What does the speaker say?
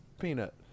peanut